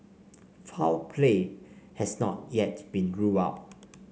foul play has not yet been ruled out